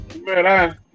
man